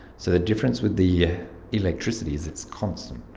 so the difference with the electricity is it's constant,